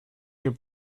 your